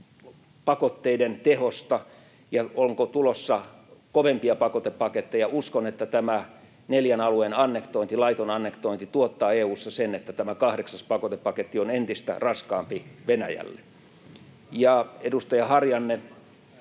pakotteiden tehosta ja siitä, onko tulossa kovempia pakotepaketteja. Uskon, että tämä neljän alueen laiton annektointi tuottaa EU:ssa sen, että tämä kahdeksas pakotepaketti on entistä raskaampi Venäjälle. Edustaja Harjanne,